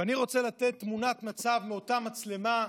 ואני רוצה לתת תמונת מצב מאותה מצלמה,